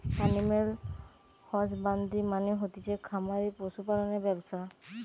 animal husbandry মানে হতিছে খামারে পশু পালনের ব্যবসা